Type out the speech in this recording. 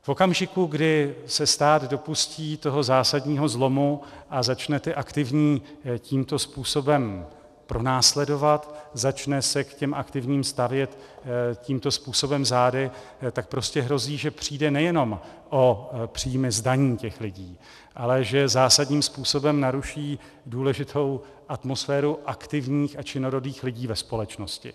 V okamžiku, kdy se stát dopustí zásadního zlomu a začne aktivní tímto způsobem pronásledovat, začne se k těm aktivním stavět tímto způsobem zády, tak prostě hrozí, že přijde nejenom o příjmy z daní lidí, ale že zásadním způsobem naruší důležitou atmosféru aktivních a činorodých lidí ve společnosti.